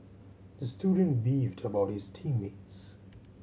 the student beefed about his team mates